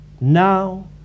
now